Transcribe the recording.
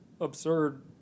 absurd